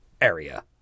area